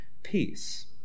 Peace